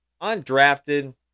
Undrafted